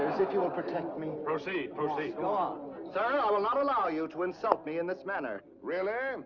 if you will protect me? proceed, proceed. go on. sir, i will not allow you to insult me in this manner. really?